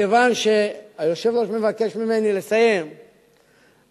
מכיוון שהיושב-ראש מבקש ממני לסיים אני